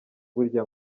burya